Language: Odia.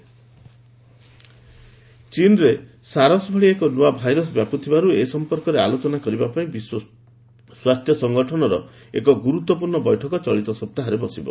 ହୁ ଚାଇନା ଭାଇରସ ଚୀନରେ ସାରସ୍ ଭଳି ଏକ ନୂଆ ଭାଇରସ ବ୍ୟାପୁଥିବାରୁ ସେ ସମ୍ପର୍କରେ ଆଲୋଚନା କରିବା ପାଇଁ ବିଶ୍ୱ ସ୍ୱାସ୍ଥ୍ୟ ସଂଗଠନର ଏକ ଗୁରୁତ୍ୱପୂର୍ଣ୍ଣ ବୈଠକ ଚଳିତ ସପ୍ତାହରେ ବସିବ